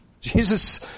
Jesus